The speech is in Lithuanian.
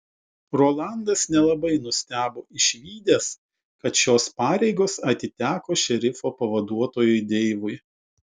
rolandas nelabai nustebo išvydęs kad šios pareigos atiteko šerifo pavaduotojui deivui